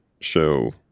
show